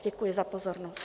Děkuji za pozornost.